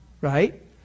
right